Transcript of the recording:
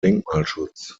denkmalschutz